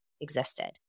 existed